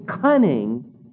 cunning